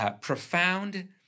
profound